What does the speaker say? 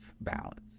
balance